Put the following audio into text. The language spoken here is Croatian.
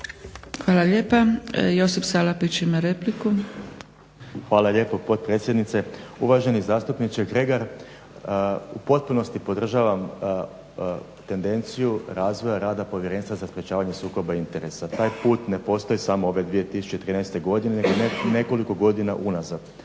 Hvala lijepa. Josip Salapić ima repliku. **Salapić, Josip (HDSSB)** Hvala lijepo potpredsjednice. Uvaženi zastupniče Kregar. U potpunosti podržavam tendenciju razvoja rada Povjerenstva za sprječavanje sukoba interesa. Taj put ne postoje samo ove 2013. godine, nego nekoliko godina unazad.